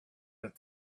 that